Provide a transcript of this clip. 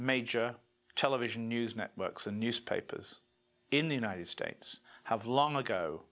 major television news networks and newspapers in the united states have long ago